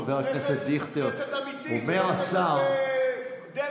זה כסף אמיתי, זה לא כסף דמה.